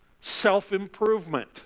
self-improvement